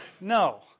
No